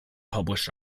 published